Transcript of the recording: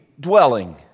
dwelling